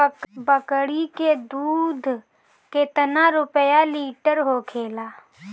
बकड़ी के दूध केतना रुपया लीटर होखेला?